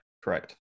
correct